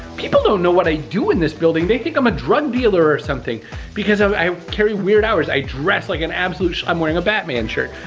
people don't know what i do in this building. they think i'm a drug dealer or something because i carry weird hours, i dress like an absolute, i'm wearing a batman shirt.